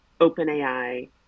OpenAI